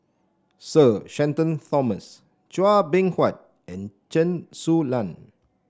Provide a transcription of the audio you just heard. Sir Shenton Thomas Chua Beng Huat and Chen Su Lan